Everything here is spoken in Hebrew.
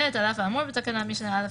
ב' על אף האמור בתקנת משנה א',